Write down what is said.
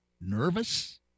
nervous